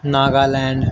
Nagaland